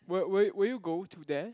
will will will you go to there